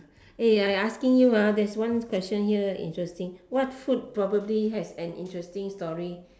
I asking you there's one question here interesting what food probably has an interesting story